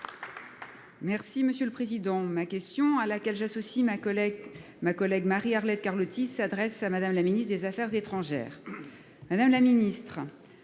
Merci monsieur le président, ma question à laquelle j'associe ma collègue ma collègue Marie-Arlette Carlotti s'adresse à Madame, la ministre des Affaires étrangères.